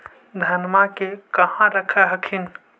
धनमा के कहा रख हखिन?